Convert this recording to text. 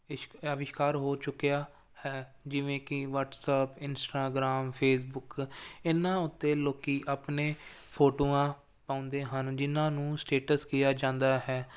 ਇਸ਼ਕ ਆਵਿਸ਼ਕਾਰ ਹੋ ਚੁੱਕਿਆ ਹੈ ਜਿਵੇਂ ਕੀ ਵਟਸਐਪ ਇੰਸਟਾਗ੍ਰਾਮ ਫੇਸਬੁਕ ਇਹਨਾਂ ਉੱਤੇ ਲੋਕ ਆਪਣੇ ਫੋਟੋਆਂ ਪਾਉਂਦੇ ਹਨ ਜਿਹਨਾਂ ਨੂੰ ਸਟੇਟਸ ਕਿਹਾ ਜਾਂਦਾ ਹੈ